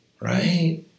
right